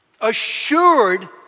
Assured